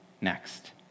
next